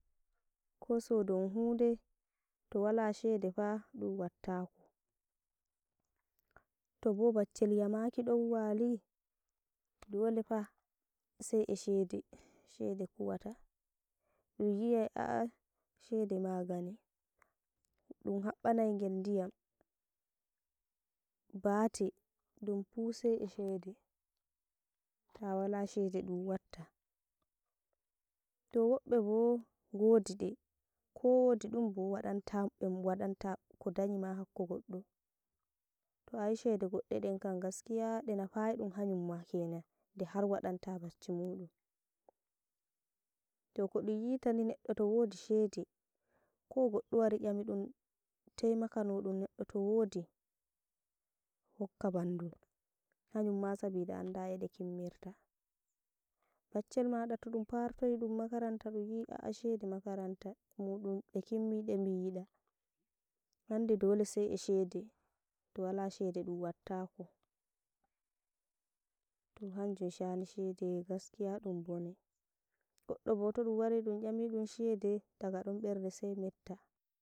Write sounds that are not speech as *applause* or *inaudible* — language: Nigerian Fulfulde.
Ko sodon hude to wala shede fa ɗum wattako, tobo baccel yamaki don wali dole fa sai e shede shede kuwata, ɗum wi ai a'ah shede magani dum haɓɓa nai ngel ndiyam, ba abte ɗum fu sai e shede, ta wala shede *noise* ɗum watta. To woɓɓe bo ngodi ɗe, ko wodi dumbo waɗanta ɓe- waɗanta ko danyi ma hakko goɗɗo to ayi shede goɗɗe ɗen kam gaskiya ɗe nafai ɗum hanyum ma kenan *noise* dehar waɗanta bacci muɗum, To koɗum yitani neɗɗo to wodi shede ko goɗɗo wari nyami ɗum taimakano ɗum neɗɗo to wodi hokka bandum, hanyum ma sabida anda e de kimmirta, baccel maɗa to ɗum fartoyi ɗum makaranta ɗum wiɗa a'ah shede makaranta muɗun ɓe kin bi de biyi ɗa andi dole sai e shede to wala shede ɗum wattako. To hanjum shani shede gaskiya ɗum bone goɗɗo bo to ɗum wari ɗum yamiɗum shede, daga ɗon berde sai metta.